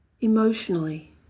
emotionally